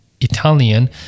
Italian